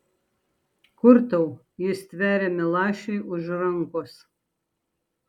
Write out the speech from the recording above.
kur tau ji stveria milašiui už rankos